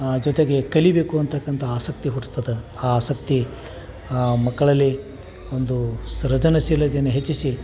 ಜೊತೆಗೆ ಕಲಿಯಬೇಕು ಅಂತಕ್ಕಂಥ ಆಸಕ್ತಿ ಹುಟ್ಸ್ತದೆ ಆ ಆಸಕ್ತಿ ಆ ಮಕ್ಕಳಲ್ಲಿ ಒಂದೂ ಸೃಜನಶೀಲತೆಯನ್ನು ಹೆಚ್ಚಿಸಿ